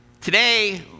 today